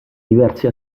diverse